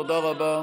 תודה רבה.